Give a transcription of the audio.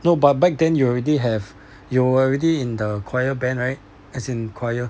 no but back then you already have you already in the choir band right as in choir